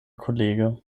kollege